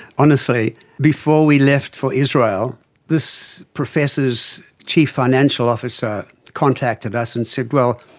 honestly, before we left for israel this professor's chief financial officer contacted us and said, well,